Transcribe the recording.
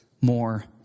more